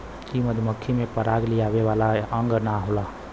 इ मधुमक्खी में पराग लियावे वाला अंग ना होला